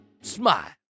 Smile